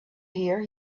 here